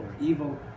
evil